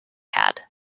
had